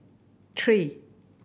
three